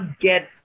get